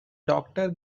doctor